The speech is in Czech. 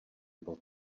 bod